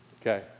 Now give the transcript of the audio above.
Okay